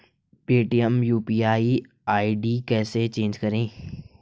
Paytm UPI ID कैसे change करें?